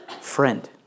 friend